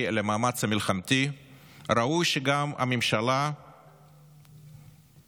למאמץ המלחמתי ראוי שגם הממשלה תפגין